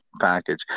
package